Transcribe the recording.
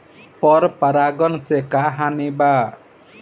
पर परागण से का हानि बा?